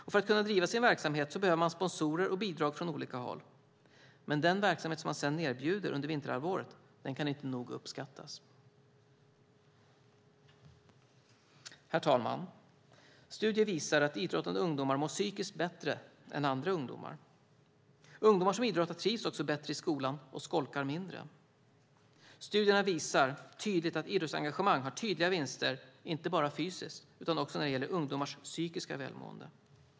För att kunna driva sin verksamhet behöver man sponsorer och bidrag från olika håll. Men den verksamhet man sedan erbjuder under vinterhalvåret kan inte nog uppskattas. Herr talman! Studier visar att idrottande ungdomar mår psykiskt bättre än andra ungdomar. Ungdomar som idrottar trivs också bättre i skolan och skolkar mindre. Studierna visar tydligt att idrottsengagemang har tydliga vinster, inte bara fysiskt utan också när det gäller ungdomars psykiska välmående.